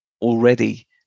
already